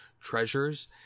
treasures